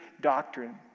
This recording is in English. doctrine